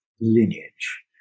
lineage